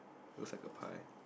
looks like a pie